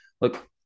look